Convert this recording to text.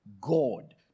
God